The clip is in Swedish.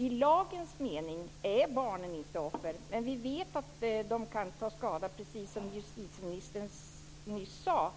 I lagens mening är barnen inte offer, men vi vet att de kan ta skada, precis som justitieministern nyss sade,